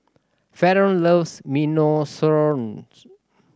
Faron loves Minestrone